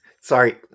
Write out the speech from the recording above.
Sorry